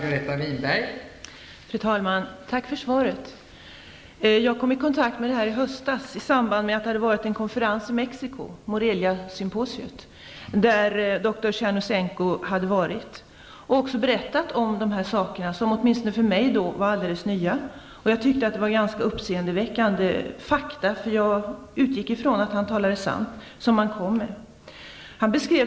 Fru talman! Tack för svaret. Jag kom i kontakt med denna fråga i höstas i samband med att en konferens, Moreliasymposiet, hade ägt rum i Mexiko. På detta symposium berättade doktor Tjernousenko om dessa saker, som åtminstone för mig var helt nya. Jag utgick ifrån att han talade sant och tyckte att han kom med ganska uppseendeväckande fakta.